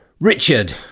Richard